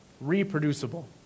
reproducible